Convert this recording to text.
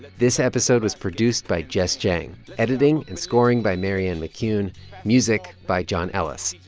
this episode was produced by jess jiang editing and scoring by marianne mccune music by john ellis.